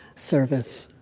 service,